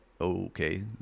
okay